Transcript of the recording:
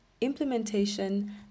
implementation